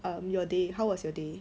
um your day how was your day